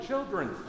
children